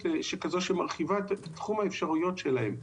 כזו שמרחיבה את תחום האפשרויות שלהם.